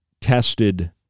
tested